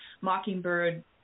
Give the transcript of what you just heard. mockingbird